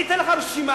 אני אתן לך רשימה,